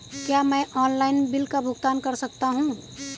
क्या मैं online bill का भुगतान कर सकता हूँ?